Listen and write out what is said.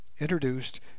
introduced